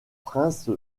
prince